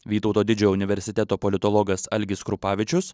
vytauto didžiojo universiteto politologas algis krupavičius